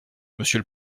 monsieur